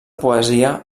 poesia